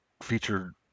featured